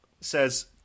says